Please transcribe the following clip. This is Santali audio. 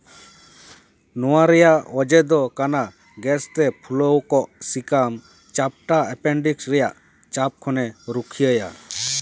ᱱᱚᱣᱟ ᱨᱮᱭᱟᱜ ᱚᱡᱮ ᱫᱚ ᱠᱟᱱᱟ ᱜᱮᱥ ᱛᱮ ᱯᱷᱩᱞᱟᱹᱣ ᱠᱚᱜ ᱥᱤᱠᱟᱢ ᱪᱟᱯᱴᱟ ᱮᱯᱮᱱᱰᱤᱠᱥ ᱨᱮᱭᱟᱜ ᱪᱟᱯ ᱠᱷᱚᱱᱮ ᱨᱩᱠᱷᱭᱟᱹᱭᱟ